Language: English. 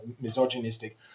misogynistic